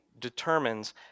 determines